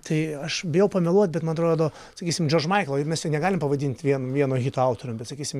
tai aš bijau pameluot bet man atrodo sakysim maiklo ir mes jo negalim pavadint vien vieno hito autorium bet sakysim